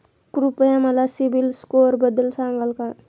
कृपया मला सीबील स्कोअरबद्दल सांगाल का?